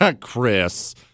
Chris